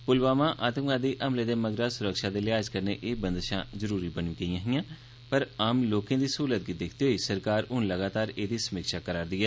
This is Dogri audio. पुलवामा आतंकवादी हमले दे मगरा सुरक्षा दे लिहाज कन्नै ए बंदशां जरूरी बनी गेइयां हियां पर आम लोकें दी सहूलत गी दिक्खदे होई हुन सरकार एह्दी समीक्षा करा रदी ऐ